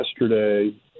yesterday